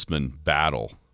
battle